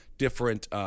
Different